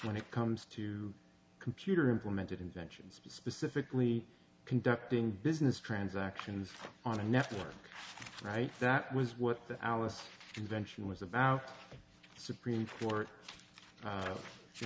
when it comes to computer implemented inventions specifically conducting business transactions on a network right that was what the alice convention was about supreme court